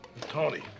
Tony